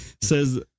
says